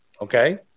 okay